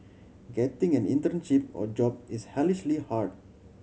getting an internship or job is hellishly hard